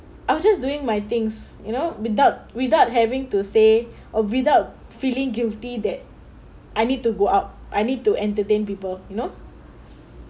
I was just doing my things you know without without having to say or without feeling guilty that I need to go out I need to entertain people you know